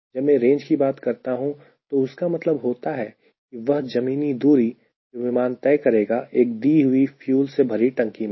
जब मैं रेंज की बात करता हूं तो उसका मतलब होता है वह जमीनी दूरी जो विमान तय करेगा एक दी हुई फ्यूल से भरी टंकी में